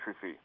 fee